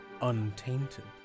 untainted